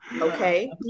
Okay